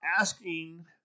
asking